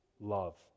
love